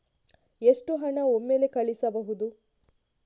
ಎಷ್ಟು ಹಣ ಒಮ್ಮೆಲೇ ಕಳುಹಿಸಬಹುದು?